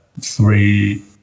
three